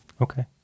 Okay